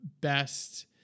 best